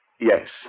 Yes